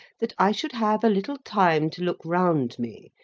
that i should have a little time to look round me,